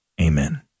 Amen